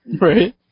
Right